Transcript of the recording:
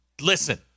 Listen